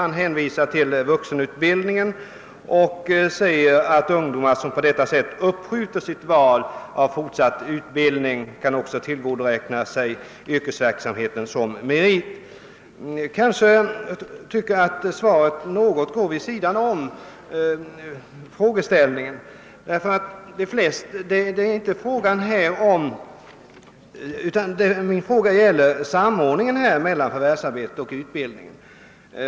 Han hänvisar till vuxen utbildningen och framhåller att ungdomar som på detta sätt uppskjuter sitt val av fortsatt utbildning kan tillgodoräkna sig yrkesverksamheten som merit. Kanske tycker jag att svaret går något vid sidan om min fråga, som gällde samordningen mellan förvärvsarbete och utbildning.